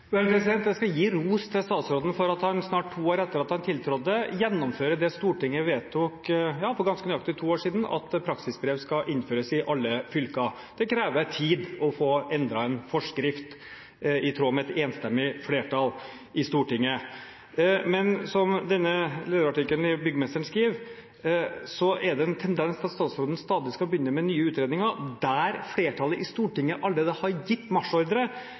statsråden for at han snart to år etter at han tiltrådte, gjennomfører det som Stortinget vedtok for ganske nøyaktig to år siden – at praksisbrev skal innføres i alle fylker. Det krever tid å få endret en forskrift i tråd med et enstemmig flertall i Stortinget. Som det står i denne lederartikkelen i Byggmesteren, er det en tendens til at statsråden skal begynne med nye utredninger der flertallet i Stortinget allerede har gitt marsjordre: